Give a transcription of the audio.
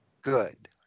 Good